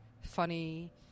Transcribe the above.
funny